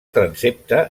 transsepte